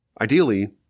Ideally